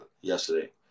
yesterday